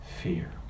fear